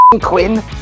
Quinn